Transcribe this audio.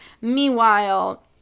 Meanwhile